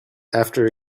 after